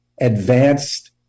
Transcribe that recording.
advanced